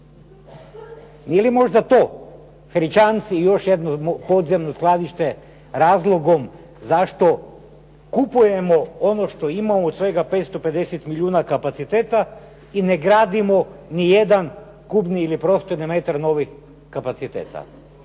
Nije li možda to, Feričanci i još jedno podzemno skladište, razlogom zašto kupujemo ono što imamo od svega 550 milijuna kapaciteta i ne gradimo nijedan kubni ili prostorni metar novih kapaciteta?